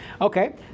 Okay